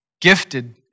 gifted